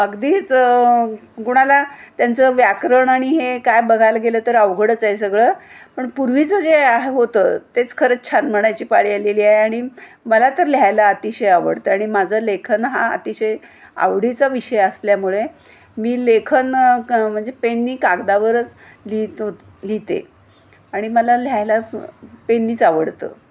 अगदीच कुणाला त्यांचं व्याकरण आणि हे काय बघायला गेलं तर अवघडच आहे सगळं पण पूर्वीचं जे आहे होतं तेच खरंच छान म्हणायची पाळी आलेली आहे आणि मला तर लिहायला अतिशय आवडतं आणि माझं लेखन हा अतिशय आवडीचा विषय असल्यामुळे मी लेखन म्हणजे पेननी कागदावरच लिहित होत लिहिते आणि मला लिहायलाच पेननीच आवडतं